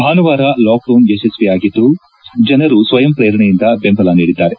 ಭಾನುವಾರ ಲಾಕ್ಡೌನ್ ಯಶಸ್ಸಿಯಾಗಿದ್ದು ಜನರು ಸ್ವಯಂಪ್ರೇರಣೆಯಿಂದ ಬೆಂಬಲ ನೀಡಿದ್ದಾರೆ